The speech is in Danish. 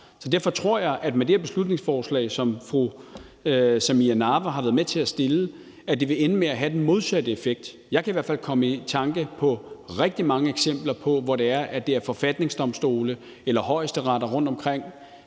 Så derfor tror jeg, at det med det her beslutningsforslag, som fru Samira Nawa har været med til at fremsætte, ville ende med at have den modsatte effekt. Jeg kan i hvert fald komme i tanker om rigtig mange eksempler, hvor det er forfatningsdomstole eller højesteretter rundtomkring